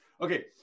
Okay